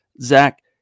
Zach